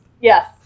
Yes